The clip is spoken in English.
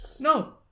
No